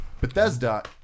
Bethesda